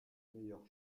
meilleur